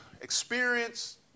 experience